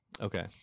Okay